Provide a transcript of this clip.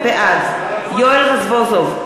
בעד יואל רזבוזוב,